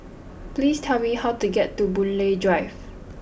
please tell me how to get to Boon Lay Drive